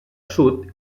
sud